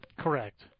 Correct